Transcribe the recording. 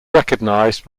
recognised